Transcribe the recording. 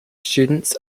students